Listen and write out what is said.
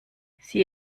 sie